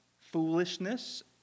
foolishness